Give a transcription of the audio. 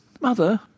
mother